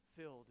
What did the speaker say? filled